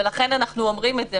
לכן אנחנו אומרים את זה.